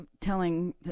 telling